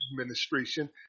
administration